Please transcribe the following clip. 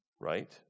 Right